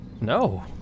No